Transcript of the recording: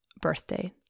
birthday